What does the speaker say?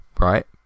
right